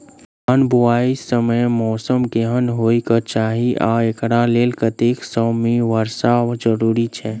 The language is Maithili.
धान बुआई समय मौसम केहन होइ केँ चाहि आ एकरा लेल कतेक सँ मी वर्षा जरूरी छै?